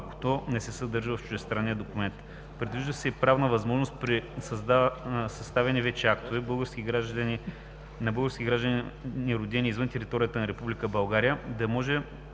ако то не се съдържа в чуждестранния документ. Предвижда се и правна възможност при съставени вече актове български гражданин, роден извън територията на Република